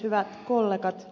hyvät kollegat